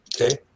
Okay